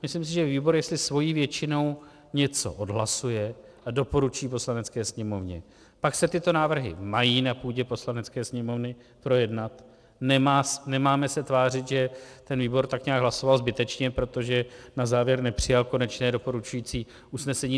Myslím si, že jestli výbor svou většinou něco odhlasuje a doporučí Poslanecké sněmovně, pak se tyto návrhy mají na půdě Poslanecké sněmovny projednat, nemáme se tvářit, že ten výbor tak nějak hlasoval zbytečně, protože na závěr nepřijal konečné doporučující usnesení.